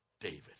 David